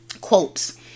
Quotes